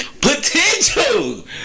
Potential